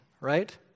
right